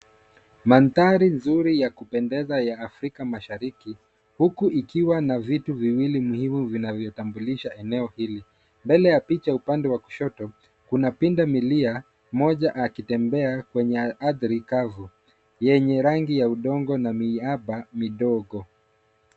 Mandhari nzuri ya kupendeza ya Afrika mashariki huku likiwa na vitu viwili muhimu vinavyo tambulisha eneo hili. Mbele ya picha upande wa kushoto kuna punda milia mmoja akitembea kwenye ardhi kavu yenye rangi ya udongo na miraba midogo.